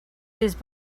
these